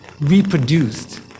reproduced